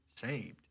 saved